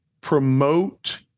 promote